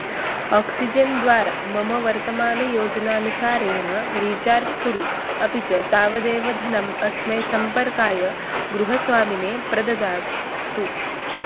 oxygen द्वारा मम वर्तमानयोजनानुसारेण रीचार्ज् कुरु अपि च तावदेव धनम् अस्मै सम्पर्काय गृहस्वामिने प्रददातु